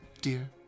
dear